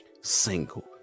single